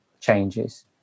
changes